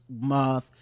month